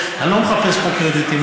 אני לא מחפש פה קרדיטים,